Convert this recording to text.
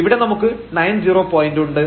ഇവിടെ നമുക്ക് 90 പോയന്റ് ഉണ്ട്